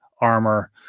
armor